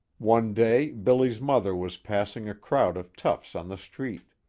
one day billy's mother was passing a crowd of toughs on the street.